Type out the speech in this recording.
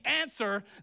answer